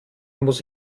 muss